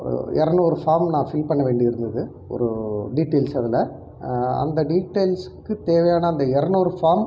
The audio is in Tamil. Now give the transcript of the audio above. இரநூறு ஃபார்ம் நான் ஃபில் பண்ண வேண்டி இருந்தது ஒரு டீட்டைல்ஸ் அதில் அந்த டீட்டைல்ஸ்க்கு தேவையான அந்த இரநூறு ஃபார்ம்